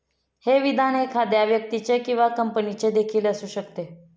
हे विधान एखाद्या व्यक्तीचे किंवा कंपनीचे देखील असू शकते